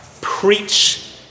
Preach